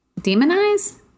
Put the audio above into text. demonize